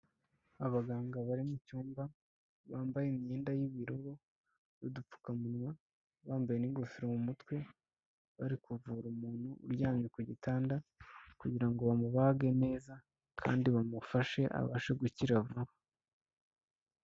Abaganga bari mucyumba bambaye imyenda y'ubururu n'udupfukamunwa, bambaye n'ingofero mu mutwe, bari kuvura umuntu uryamye ku gitanda kugira ngo bamubage neza kandi bamufashe abashe gukira vuba.